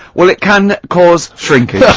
well it can, cause, shrinkage.